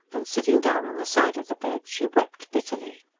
and sitting down on the side of the bed she wept bitterly.